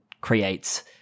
Creates